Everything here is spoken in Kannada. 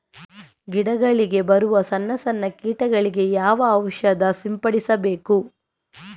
ಗಿಡಗಳಿಗೆ ಬರುವ ಸಣ್ಣ ಸಣ್ಣ ಕೀಟಗಳಿಗೆ ಯಾವ ಔಷಧ ಸಿಂಪಡಿಸಬೇಕು?